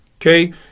Okay